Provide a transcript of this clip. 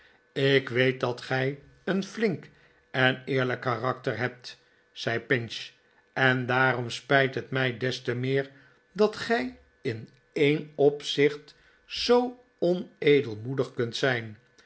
ik weet dat gij een flink en eerlijk karakter hebt zei pinch r en daarom spijt het mij des te meer dat gij in een opzicht zoo onedelmoedig kunt zijn